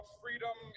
freedom